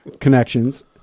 connections